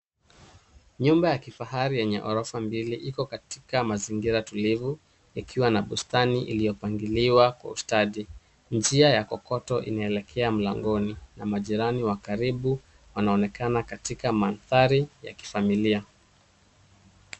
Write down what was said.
Nyumba ya kifahari yenye ghorofa mbili iko katika mazingira tulivu, ikiwa na bustani iliopangiliwa kwa ustadi njia ya kokoto inaeleke mlangoni na majirani wa karibu wanaonekana katika mandhari ya kifamilia.